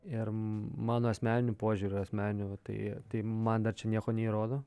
ir mano asmeniniu požiūriu asmeniniu tai man dar čia nieko neįrodo